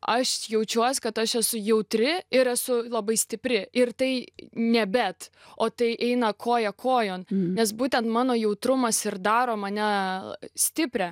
aš jaučiuosi kad aš esu jautri ir esu labai stipri ir tai ne bet o tai eina koja kojon nes būtent mano jautrumas ir daro mane stiprią